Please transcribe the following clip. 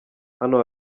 hano